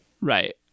Right